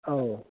औ